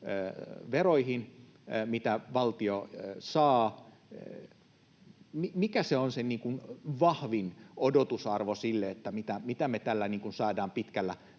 veroihin, mitä valtio saa. Mikä on se vahvin odotusarvo sille, mitä me tällä saamme pitkällä